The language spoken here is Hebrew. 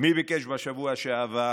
מי ביקש בשבוע שעבר